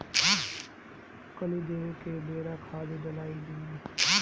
कली देवे के बेरा खाद डालाई कि न?